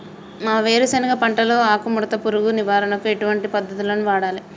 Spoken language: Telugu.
మా వేరుశెనగ పంటలో ఆకుముడత పురుగు నివారణకు ఎటువంటి పద్దతులను వాడాలే?